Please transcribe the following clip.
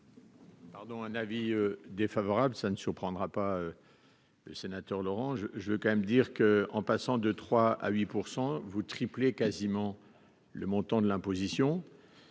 Pardon, un avis défavorable, ça ne surprendra pas, le sénateur Laurent je je veux quand même dire que, en passant de 3 à 8 % vous triplé quasiment le montant de l'imposition